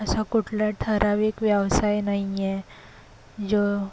असा कुठला ठराविक व्यवसाय नाही आहे जो